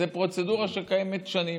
זו פרוצדורה שקיימת שנים,